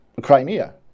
Crimea